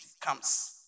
comes